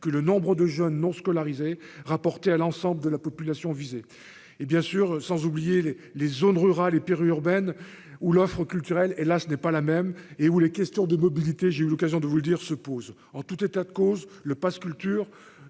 que le nombre de jeunes non scolarisés rapportée à l'ensemble de la population visée et, bien sûr, sans oublier les les zones rurales et périurbaines où l'offre culturelle et là ce n'est pas la même et où les questions de mobilité, j'ai eu l'occasion de vous le dire, se posent en tout état de cause, le passe culture